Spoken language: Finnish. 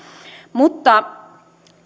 mutta